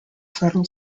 federal